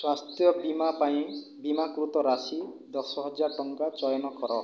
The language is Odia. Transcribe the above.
ସ୍ଵାସ୍ଥ୍ୟ ବୀମା ପାଇଁ ବୀମାକୃତ ରାଶି ଦଶହଜାର ଟଙ୍କା ଚୟନ କର